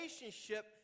relationship